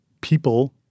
people